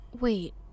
Wait